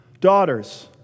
daughters